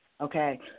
okay